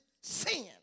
sin